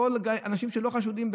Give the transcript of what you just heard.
אנשים שלא חשודים,